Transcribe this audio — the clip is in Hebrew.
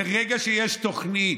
ברגע שיש תוכנית,